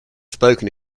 spoken